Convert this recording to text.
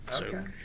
Okay